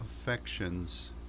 affections